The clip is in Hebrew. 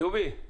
דובי,